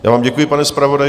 Já vám děkuji, pane zpravodaji.